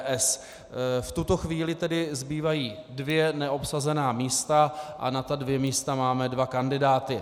V tuto chvíli tedy zbývají dvě neobsazené místa, a na ta dvě místa máme dva kandidáty.